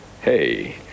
hey